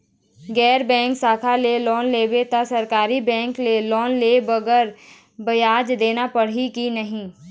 गैर बैंकिंग शाखा ले लोन लेबो ता सरकारी बैंक के लोन ले बगरा ब्याज देना पड़ही ही कि नहीं?